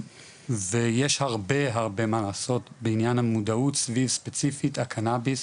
ויש הרבה הרבה מה לעשות בעניין המודעות סביב ספציפית הקנאביס,